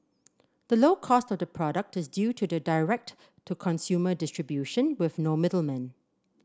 the low cost of the product is due to the direct to consumer distribution with no middlemen